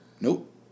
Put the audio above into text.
Nope